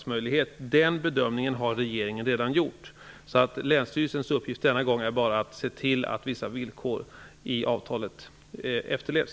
Den bedömningen har regeringen redan gjort. Länsstyrelsens uppgift denna gång är därför bara att se till att vissa villkor i avtalet efterlevs.